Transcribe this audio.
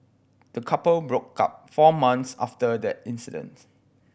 the couple broke up four months after that incidents